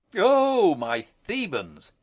oh my thebans,